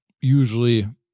usually